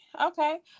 Okay